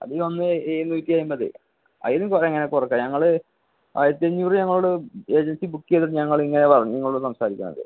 അതിൽ ഒന്ന് എഴുനൂറ്റിയമ്പത് അതിലും കുറേ എങ്ങനെ കുറയ്ക്കുക ഞങ്ങൾ ആയിരത്തഞ്ഞൂറ് ഞങ്ങളോട് ഏജൻസി ബുക്ക് ചെയ്തിട്ട് ഞങ്ങൾ ഇങ്ങനെ പറഞ്ഞു നിങ്ങളോട് സംസാരിക്കുന്നത്